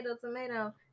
tomato